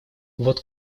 вот